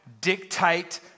dictate